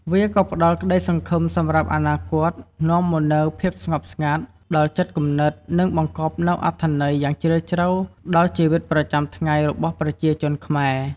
វាក៏ផ្តល់ក្តីសង្ឃឹមសម្រាប់អនាគត នាំមកនូវ ភាពស្ងប់ស្ងាត់ ដល់ចិត្តគំនិត និងបង្កប់នូវ អត្ថន័យ យ៉ាងជ្រាលជ្រៅដល់ជីវិតប្រចាំថ្ងៃរបស់ប្រជាជនខ្មែរ។